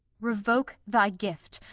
revoke thy gift,